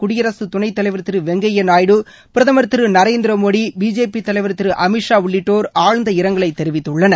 குடியரசு துணைத் தலைவர் திரு வெங்கைய நாயுடு பிரதமர் திரு நரேந்திர மோடி பிஜேபி தலைவர் திரு அமீத் ஷா உள்ளிட்டோர் ஆழ்ந்த இரங்கலை தெரிவித்துள்ளனர்